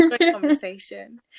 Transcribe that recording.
conversation